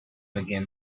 again